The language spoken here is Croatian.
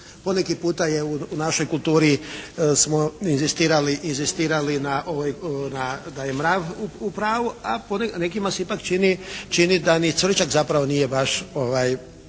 Poneki puta je u našoj kulturi smo inzistirali na da je mrav u pravu, a po nekima se ipak čini da ni cvrčak nije baš